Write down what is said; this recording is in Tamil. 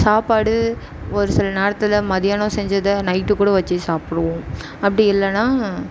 சாப்பாடு ஒரு சில நேரத்தில் மதியானம் செஞ்சதை நைட்டுக்கூட வெச்சி சாப்பிடுவோம் அப்படி இல்லைன்னா